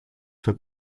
für